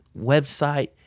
website